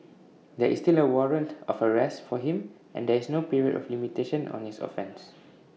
there is still A warrant of arrest for him and there is no period of limitation on his offence